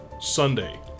Sunday